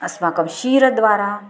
अस्माकं शिरोद्वारा